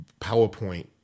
PowerPoint